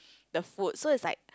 the food so is like